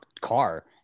car